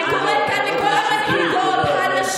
משפט, חברת הכנסת מראענה, משפט אחרון.